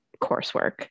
coursework